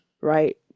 right